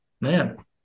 man